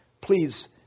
please